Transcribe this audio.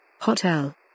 Hotel